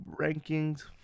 rankings